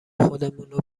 خودمونه